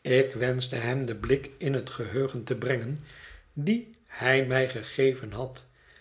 ik wenschte hem den blik in het geheugen te brengen dien hij mij gegeven had